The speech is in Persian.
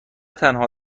تنها